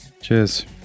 Cheers